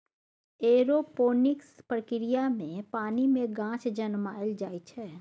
aeroponics प्रक्रिया मे पानि मे गाछ जनमाएल जाइ छै